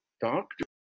doctor